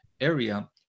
area